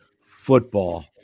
Football